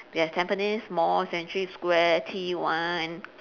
there is tampines mall century square T one